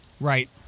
Right